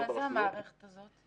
איזו מערכת זאת?